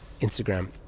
Instagram